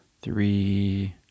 three